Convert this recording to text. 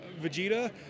Vegeta